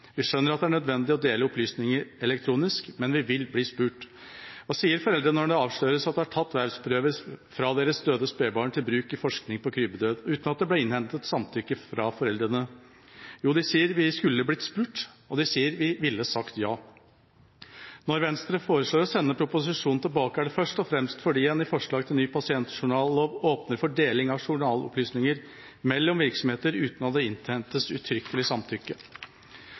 Vi skjønner at det er nødvendig å dele opplysninger elektronisk. Men vi vil bli spurt. Hva sier foreldrene når det avsløres at det er tatt vevsprøver fra deres døde spedbarn til bruk i forskning på krybbedød, uten at det ble innhentet samtykke fra foreldrene? Jo, de sier: Vi skulle blitt spurt. Og de sier: Vi ville sagt ja. Når Venstre foreslår å sende proposisjonen tilbake, er det først og fremst fordi en i forslag til ny pasientjournallov åpner for deling av journalopplysninger mellom virksomheter uten at det innhentes uttrykkelig samtykke.